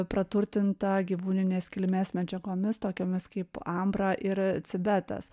praturtinta gyvūninės kilmės medžiagomis tokiomis kaip ambra ir cibetas